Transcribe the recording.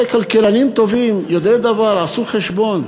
כלכלנים טובים, יודעי דבר, עשו חשבון: